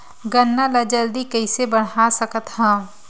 गन्ना ल जल्दी कइसे बढ़ा सकत हव?